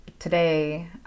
today